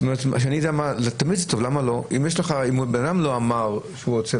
אם אדם לא אמר שהוא רוצה,